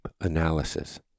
analysis